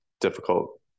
difficult